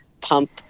pump